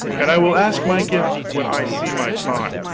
and i will ask my gift when i see my time.